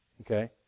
Okay